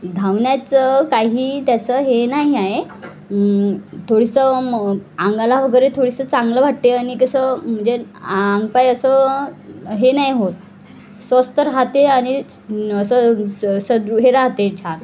धावण्याचं काही त्याचं हे नाही आहे थोडंसं आंगाला वगैरे थोडंसं चांगलं वाटते आणि कसं म्हणजे आंगपाय असं हे नाही होत स्वस्थ राहते आणि असं स सू हे राहते छान